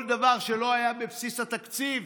כל דבר שלא היה בבסיס התקציב,